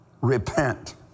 repent